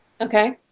Okay